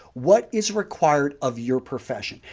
what is required of your profession?